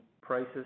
prices